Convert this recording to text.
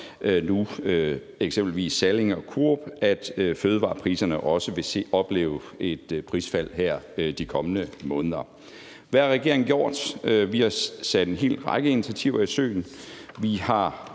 eksempelvis Salling og Coop, at fødevarepriserne også vil opleve et prisfald her de kommende måneder. Hvad har regeringen gjort? Vi har sat en hel række initiativer i søen.